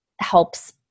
helps